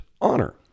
honor